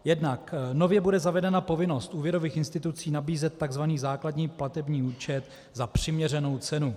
Jednak bude nově zavedena povinnost úvěrových institucí nabízet takzvaný základní platební účet za přiměřenou cenu.